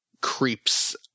creeps